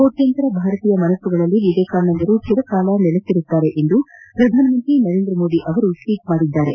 ಕೋಟ್ಗಂತರ ಭಾರತೀಯ ಮನಸ್ತುಗಳಲ್ಲಿ ವಿವೇಕಾನಂದರು ಚಿರಕಾಲ ನೆಲೆಸಿರುತ್ತಾರೆ ಎಂದು ಪ್ರಧಾನಮಂತ್ರಿ ನರೇಂದ್ರ ಮೋದಿ ಟ್ವೀಟ್ ಮಾಡಿದ್ದಾರೆ